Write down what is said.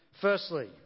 Firstly